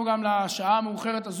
אינה נוכחת,